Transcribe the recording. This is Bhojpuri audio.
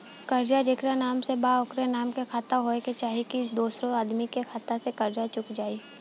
कर्जा जेकरा नाम से बा ओकरे नाम के खाता होए के चाही की दोस्रो आदमी के खाता से कर्जा चुक जाइ?